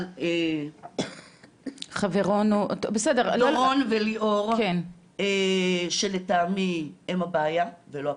על דורון וליאור, שלטעמי הם הבעיה ולא הפתרון.